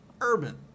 urban